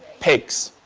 pigs